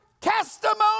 testimony